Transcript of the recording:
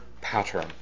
pattern